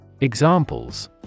Examples